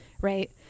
right